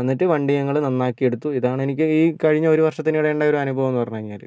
എന്നിട്ട് വണ്ടി ഞങ്ങള് നന്നാക്കിയെടുത്തു ഇതാണ് എനിക്ക് ഈ കഴിഞ്ഞ ഒരു വർഷത്തിനിടെ ഉണ്ടായ ഒരു അനുഭവം എന്ന് പറഞ്ഞ് കഴിഞ്ഞാല്